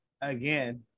Again